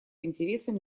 интересам